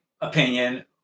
opinion